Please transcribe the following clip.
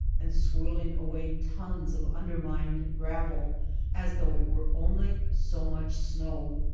and swirling away tons of undermined gravel as though it were only so much snow.